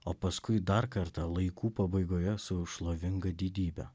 o paskui dar kartą laikų pabaigoje su šlovinga didybe